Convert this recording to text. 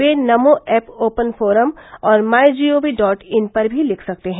वे NaMo app open forum या my G O V dot in पर भी लिख सकते हैं